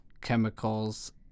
chemicals